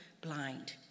blind